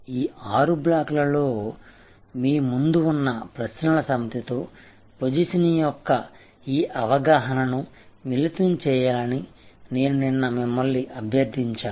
ఈ ఆరు బ్లాకులలో మీ ముందు ఉన్న ప్రశ్నల సమితితో పొజిషనింగ్ యొక్క ఈ అవగాహనను మిళితం చేయాలని నేను నిన్న మిమ్మల్ని అభ్యర్థించాను